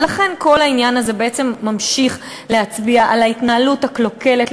ולכן כל העניין הזה בעצם ממשיך להצביע על ההתנהלות הקלוקלת,